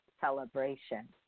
celebration